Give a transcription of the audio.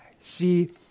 See